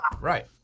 right